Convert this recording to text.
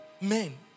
men